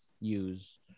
use